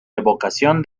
evocación